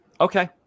okay